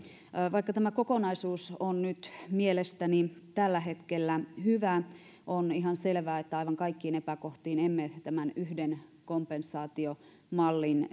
vaikka tämä kokonaisuus on nyt mielestäni tällä hetkellä hyvä on ihan selvää että aivan kaikkiin epäkohtiin emme tämän yhden kompensaatiomallin